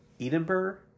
Edinburgh